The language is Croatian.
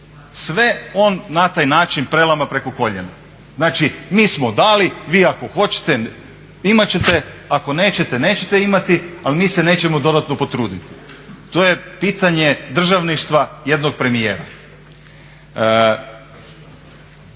Sve on na taj način prelama preko koljena. Znači mi smo dali, vi ako hoćete-imat ćete, ako nećete-nećete imati ali mi se nećemo dodatno potruditi. To je pitanje državništva jednog premijera.